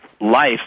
life